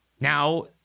now